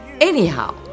Anyhow